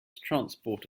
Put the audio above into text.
transport